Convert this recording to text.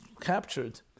captured